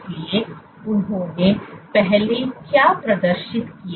इसलिए उन्होंने पहले क्या प्रदर्शित किया